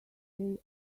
they